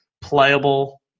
playable